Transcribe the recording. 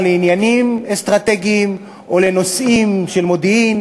לעניינים אסטרטגיים או לנושאים של מודיעין.